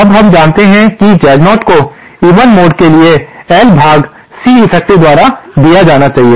अब हम जानते हैं कि Z0 को इवन मोड के लिए L पर C इफेक्टिव द्वारा दिया जाना चाहिए